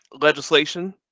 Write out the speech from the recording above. legislation